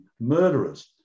murderers